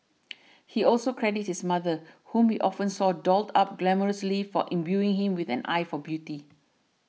he also credits his mother whom he often saw dolled up glamorously for imbuing him with an eye for beauty